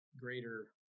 greater